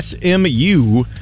SMU